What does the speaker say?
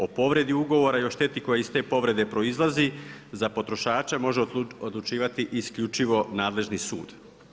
O povredi ugovora i o štedi koja iz te povrede proizlazi za potrošača može odlučivati isključivo nadležni sud.